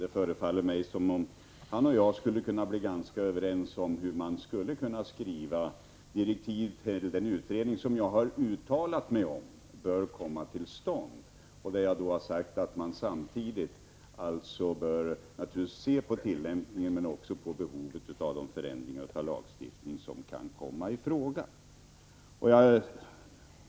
Det förefaller mig som om Bertil Jonasson och jag skulle kunna bli ganska överens om hur man skulle kunna utforma direktiv till den utredning som jag har uttalat bör komma till stånd. Jag har därvid sagt att man naturligtvis bör se på tillämpningen men samtidigt också till behovet av de förändringar av lagstiftningen som kan komma i fråga.